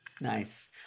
nice